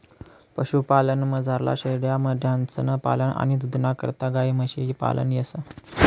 पशुपालनमझार शेयामेंढ्यांसनं पालन आणि दूधना करता गायी म्हशी पालन येस